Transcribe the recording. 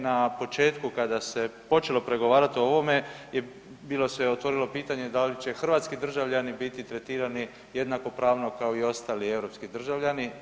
Na početku kada se počelo pregovarat o ovome je bilo se otvorilo pitanje da li će hrvatski državljani biti tretirani jednakopravno kao i ostali europski državljani?